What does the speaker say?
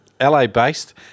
LA-based